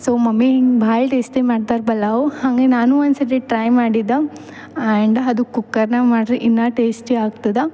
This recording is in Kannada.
ಸೊ ಮಮ್ಮಿ ಹಿಂಗೆ ಭಾಳ ಟೇಸ್ಟಿ ಮಾಡ್ತಾರೆ ಪಲಾವ್ ಹಂಗೆ ನಾನು ಒಂದು ಸತಿ ಟ್ರೈ ಮಾಡಿದ್ದೆ ಆ್ಯಂಡ್ ಅದು ಕುಕ್ಕರ್ನ್ಯಾಗೆ ಮಾಡ್ರಿ ಇನ್ನು ಟೇಸ್ಟಿ ಆಗ್ತದೆ